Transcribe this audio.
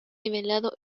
nivelado